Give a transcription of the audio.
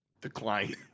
decline